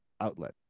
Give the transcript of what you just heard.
outlet